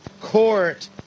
court